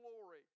glory